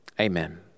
amen